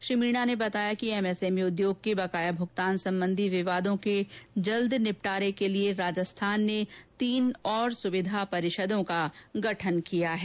उन्होंने बताया कि एमएसएमई उद्योग के बकाया भूगतान संबंधी विवादों के जल्द निपटारे के लिए राजस्थान ने तीन और सुविधा परिषदों का गठन किया है